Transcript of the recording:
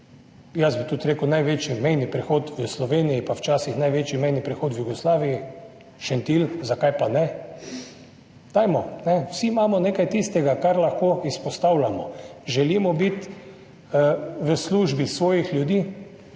Jaz bi tudi rekel največji mejni prehod v Sloveniji, pa včasih največji mejni prehod v Jugoslaviji, Šentilj, zakaj pa ne. Dajmo, vsi imamo nekaj tistega, kar lahko izpostavljamo. Želimo biti v službi svojih ljudi,